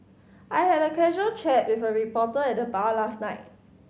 I had a casual chat with a reporter at the bar last night